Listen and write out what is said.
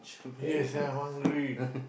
yes I'm hungry